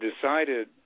decided